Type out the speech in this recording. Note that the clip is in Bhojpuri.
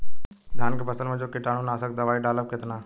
धान के फसल मे जो कीटानु नाशक दवाई डालब कितना?